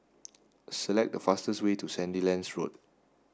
select the fastest way to Sandilands Road